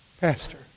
Pastor